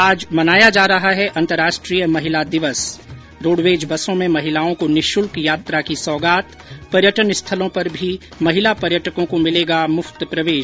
आज मनाया जा रहा है अंतर्राष्ट्रीय महिला दिवस रोडवेज बसों में महिलाओं को निःशुल्क यात्रा की सौगात पर्यटन स्थलों पर भी महिला पर्यटकों को मिलेगा मुफ्त प्रवेश